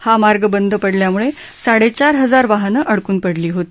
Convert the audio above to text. हा मार्ग बंद पडल्याम्ळ साडघ्वार हजार वाहनं अडकून पडली होती